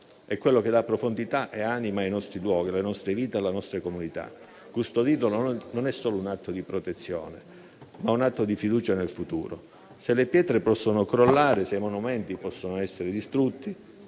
è quello che dà profondità e anima ai nostri luoghi, alle nostre vite, alle nostre comunità. Custodirlo è non solo un atto di protezione, ma anche un atto di fiducia nel futuro. Se le pietre possono crollare, se i monumenti possono essere distrutti,